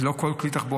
זה לא כל כלי תחבורה.